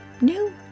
new